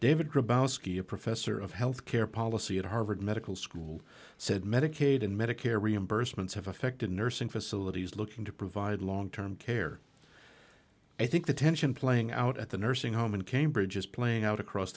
david ski a professor of health care policy at harvard medical school said medicaid and medicare reimbursements have affected nursing facilities looking to provide long term care i think the tension playing out at the nursing home in cambridge is playing out across